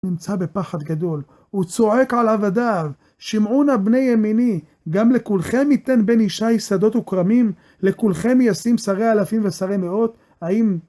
הוא נמצא בפחד גדול, הוא צועק על עבדיו, שמעו בני ימיני, גם לכולכם ייתן בן אישי שדות וקרמים, לכולכם יסים שרי אלפים ושרי מאות, האם